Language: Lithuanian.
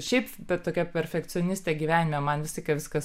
šiaip bet tokia perfekcionistė gyvenime man visą laiką viskas